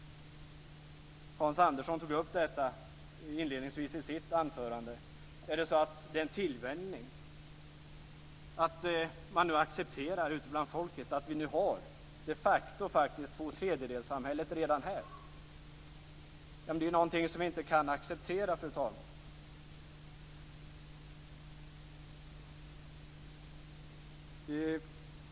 Hans Andersson tog i inledningen av sitt anförande upp detta. Är det en tillvänjning, är det så att man ute bland folket accepterar att vi de facto redan har tvåtredjedelssamhället här? Detta är något vi inte kan acceptera, fru talman.